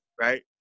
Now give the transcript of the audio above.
right